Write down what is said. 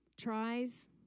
Tries